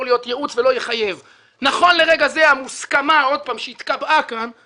להיות ייעוץ ולא יחייב נכון לרגע זה המוסכמה שהתקבעה כאן היא